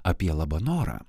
apie labanorą